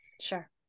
sure